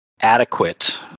adequate